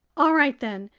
all right then!